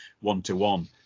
one-to-one